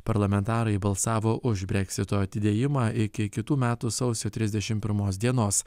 parlamentarai balsavo už breksito atidėjimą iki kitų metų sausio trisdešim pirmos dienos